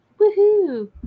woohoo